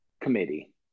committee